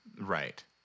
Right